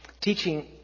teaching